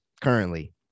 currently